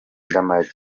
ndamage